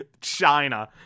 China